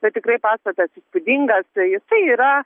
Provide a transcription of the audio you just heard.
bet tikrai pastatas įspūdingas tai jisai yra